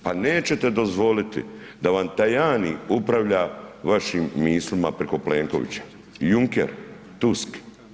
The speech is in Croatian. Pa nećete dozvoliti da vam Tajani upravlja vašim mislima preko Plenkovića, Juncker, Tusk.